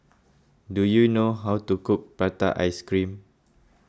do you know how to cook Prata Ice Cream